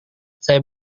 saya